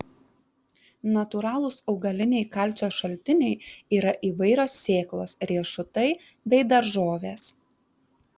natūralūs augaliniai kalcio šaltiniai yra įvairios sėklos riešutai bei daržovės